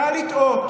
קל לטעות